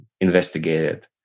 investigated